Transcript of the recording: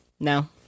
No